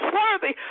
worthy